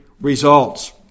results